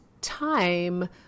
time